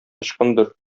ычкындыр